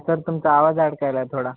स तुमचा आवाज अडकायलाय थोडा